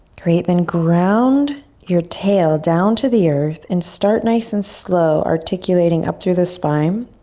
great, then ground your tail down to the earth and start nice and slow articulating up through the spine.